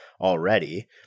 already